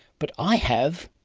but i have.